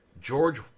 George